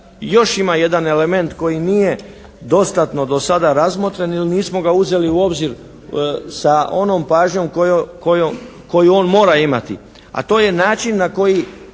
još ima jedan element koji nije dostatno do sada razmotren jer nismo ga uzeli u obzir sa onom pažnjom koju on mora imati, a to je način na koji